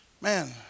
Man